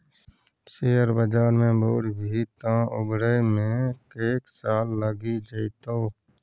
share बजार मे बुरभी तँ उबरै मे कैक साल लगि जेतौ